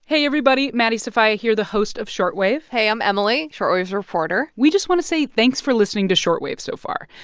hey, everybody. maddie sofia here, the host of short wave hey, i'm emily, short wave's reporter we just want to say thanks for listening to short wave so far.